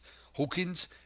Hawkins